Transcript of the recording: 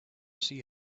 see